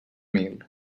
mil